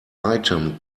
item